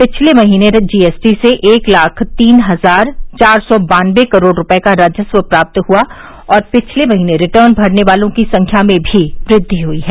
पिछले महीने जीएसटी से एक लाख तीन हजार चार सौ बान्नबे करोड़ रूपये का राजस्व प्राप्त हुआ और पिछले महीने रिटर्न भरने वालों की संख्या में भी वृद्धि हुई है